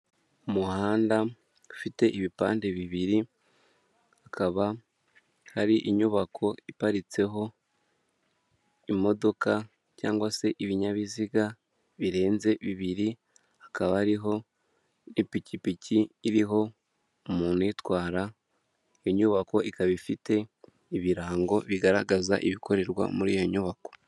Umuhanda ufite ibipande bibiri, hakaba hari inyubako iparitseho imodoka cyangwa se ibinyabiziga birenze bibiri, hakaba hariho n'ipikipiki iriho umuntu uyitwara, inyubako ikaba ifite ibirango bigaragaza ibikorerwa muri iyo nyubako.